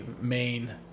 main